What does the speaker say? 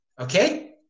Okay